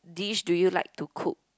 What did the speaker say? dish do you like to cook